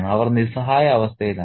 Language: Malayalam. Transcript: അവർ നിസ്സഹായാവസ്ഥയിലാണ്